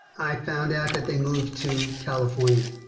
i found out that they moved to california,